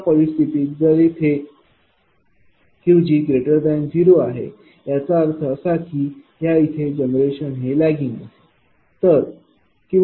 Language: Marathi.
अशा परिस्थितीत जर येथे Qg0 आहे याचा अर्थ असा की ह्या इथे जनरेशन हे लैगिंग आहे